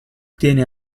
tieni